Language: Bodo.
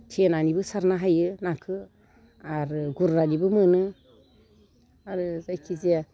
थेनानैबो सारनो हायो नाखौ आरो गुरनानैबो मोनो आरो जायखिजाया